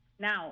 Now